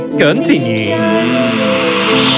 continue